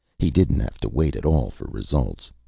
he didn't have to wait at all for results.